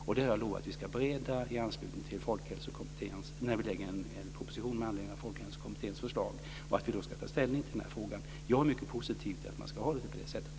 Jag har lovat att vi ska bereda det kravet i anslutning till att vi lägger fram en proposition med anledning av Folkhäloskommitténs förslag. Vi ska då ta ställning till frågan. Jag är mycket positiv till att ha det så.